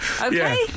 Okay